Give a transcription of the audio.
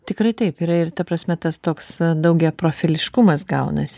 tikrai taip yra ir ta prasme tas toks daugiaprofiliškumas gaunasi